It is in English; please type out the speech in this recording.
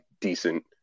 decent